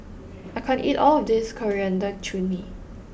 I can't eat all of this Coriander Chutney